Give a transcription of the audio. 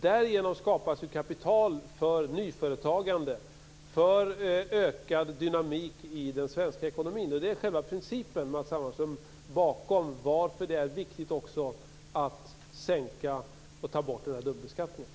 Därigenom skapas kapital för nyföretagande, för ökad dynamik i den svenska ekonomin. Det är själva principen, Matz Hammarström, bakom varför det är viktigt att ta bort dubbelbeskattningen.